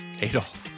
Adolf